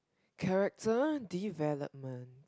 character development